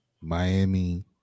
Miami